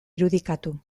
irudikatu